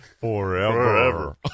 Forever